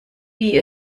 wie